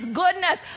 goodness